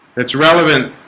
that's relevant,